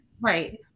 Right